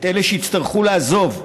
את אלה שיצטרכו לעזוב,